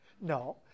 No